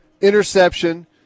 interception